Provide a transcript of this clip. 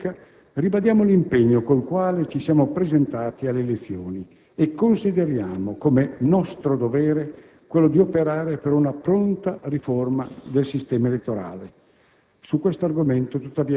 all'invito del Presidente della Repubblica, ribadiamo l'impegno con il quale ci siamo presentati alle elezioni e consideriamo come nostro dovere quello di operare per una pronta riforma del sistema elettorale.